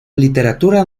literatura